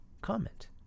comment